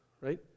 Right